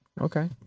okay